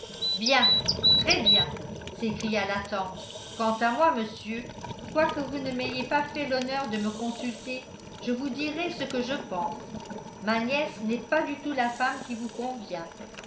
bien très bien s'écria la tante quant à moi monsieur quoique vous ne m'ayez pas fait l'honneur de me consulter je vous dirai ce que je pense ma nièce n'est pas du tout la femme qui vous convient